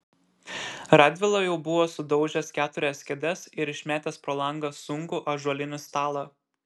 radvila jau buvo sudaužęs keturias kėdes ir išmetęs pro langą sunkų ąžuolinį stalą